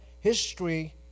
history